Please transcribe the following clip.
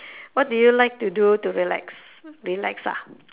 what do you like to do to relax relax ah